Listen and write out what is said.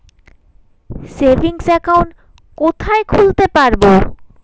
Savings account কোথায় খুলতে পারব?